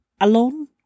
alone